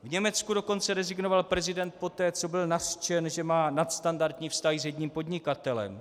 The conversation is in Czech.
V Německu dokonce rezignoval prezident poté, co byl nařčen, že má nadstandardní vztahy s jedním podnikatelem.